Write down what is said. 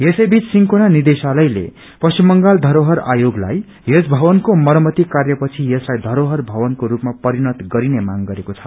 यसै बीच सिन्कोना निर्देशालयले पश्चिम बंगाल धरोहर आयोगलाई यस भवनको मरमत्ती कार्य पछि यसलाई धरोहर भवनको रूपमा परिणत गरिने माग गरेको छ